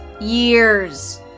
years